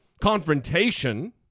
confrontation